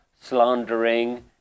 slandering